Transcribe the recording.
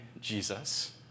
Jesus